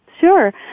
Sure